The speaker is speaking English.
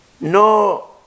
no